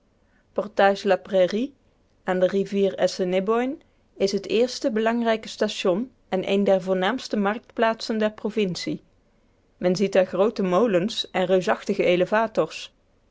landbouw portage la prairie aan de rivier assiniboine is het eerste belangrijke station en een der voornaamste marktplaatsen der provincie men ziet er groote molens en reusachtige elevators